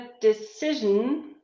decision